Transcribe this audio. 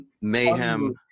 Mayhem